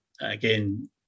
again